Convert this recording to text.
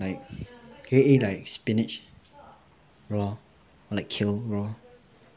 like can you eat like spinach raw or like kale raw